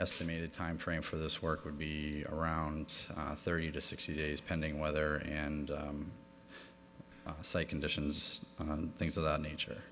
estimated time frame for this work would be around thirty to sixty days pending weather and say conditions things of that nature